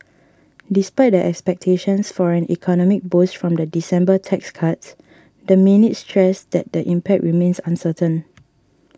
despite the expectations for an economic boost from the December tax cuts the minutes stressed that the impact remains uncertain